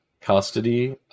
custody